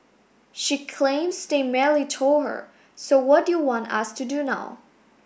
she claims they merely told her so what do you want us to do now